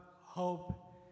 hope